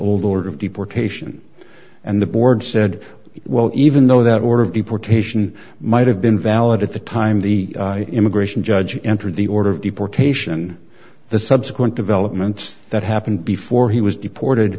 old order of deportation and the board said well even though that order of deportation might have been valid at the time the immigration judge entered the order of deportation the subsequent developments that happened before he was deported